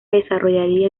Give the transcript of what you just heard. desarrollaría